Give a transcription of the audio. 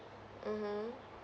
mmhmm